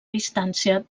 distància